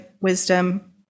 wisdom